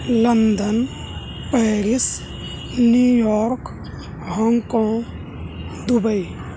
London Paris New York Hong Kong Dubai